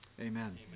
Amen